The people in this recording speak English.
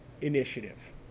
initiative